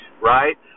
right